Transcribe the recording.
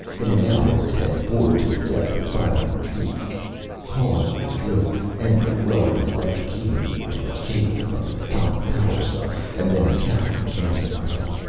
in an hour it had bored to a depth of five-hundred feet. hauling up the drill, endlich lowered an electric heating unit on a cable from an atomic power-cell, and then capped the casing pipe.